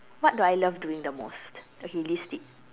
what do I love doing the most okay list it